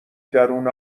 درون